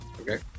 Okay